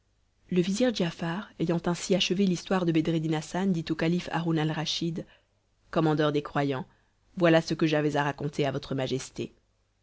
le vizir giafar ayant ainsi achevé l'histoire de bedreddin hassan dit au calife haroun alraschid commandeur des croyants voilà ce que j'avais à raconter à votre majesté